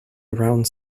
around